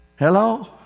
Hello